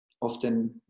often